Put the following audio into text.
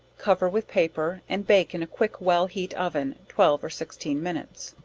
cover with paper, and bake in a quick well heat oven, twelve or sixteen minutes.